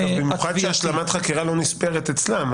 אגב, במיוחד שהשלמת חקירה לא נספרת אצלם.